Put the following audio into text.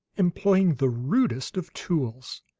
employing the rudest of tools,